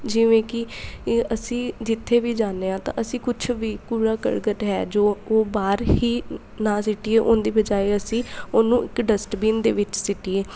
ਜਿਵੇਂ ਕਿ ਇ ਅਸੀਂ ਜਿੱਥੇ ਵੀ ਜਾਂਦੇ ਹਾਂ ਤਾਂ ਅਸੀਂ ਕੁਛ ਵੀ ਕੂੜਾ ਕਰਕਟ ਹੈ ਜੋ ਉਹ ਬਾਹਰ ਹੀ ਨਾ ਸੁੱਟੀਏ ਉਹਦੀ ਬਜਾਏ ਅਸੀਂ ਉਹਨੂੰ ਇੱਕ ਡਸਟਬੀਨ ਦੇ ਵਿੱਚ ਸੁੱਟੀਏ